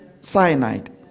cyanide